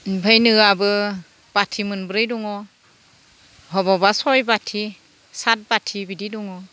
ओमफाय नोआबो बाथि मोनब्रै दङ बबावबा सय बाथि सात बाथि बिदि दङ